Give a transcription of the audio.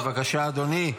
בבקשה, אדוני.